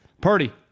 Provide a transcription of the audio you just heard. Purdy